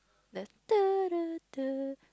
the